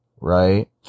right